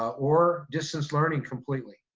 or distance learning completely.